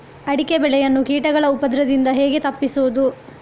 ಅಡಿಕೆ ಬೆಳೆಯನ್ನು ಕೀಟಗಳ ಉಪದ್ರದಿಂದ ಹೇಗೆ ತಪ್ಪಿಸೋದು?